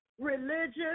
religious